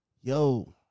Yo